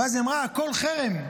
ואז היא אמרה: הכול חרם.